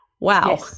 Wow